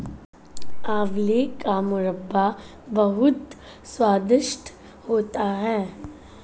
आंवले का मुरब्बा बहुत स्वादिष्ट होता है